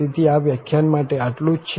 તેથી આ વ્યાખ્યાન માટે આટલું જ છે